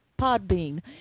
Podbean